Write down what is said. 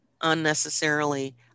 unnecessarily